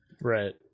Right